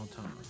time